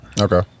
Okay